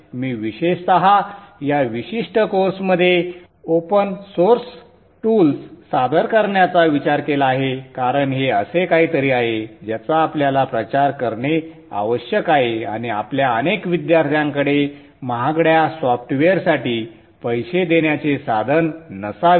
मी विशेषत या विशिष्ट कोर्समध्ये ओपन सोर्स टूल्स सादर करण्याचा विचार केला आहे कारण हे असे काहीतरी आहे ज्याचा आपल्याला प्रचार करणे आवश्यक आहे आणि आपल्या अनेक विद्यार्थ्यांकडे महागड्या सॉफ्टवेअरसाठी पैसे देण्याचे साधन नसावे